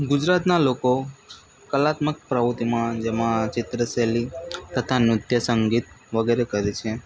ગુજરાતનાં લોકો કલાત્મક પ્રવૃતિમાં જેમાં ચિત્ર શૈલી તથા નૃત્ય સંગીત વગેરે કરે છે